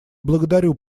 благодарю